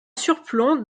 surplomb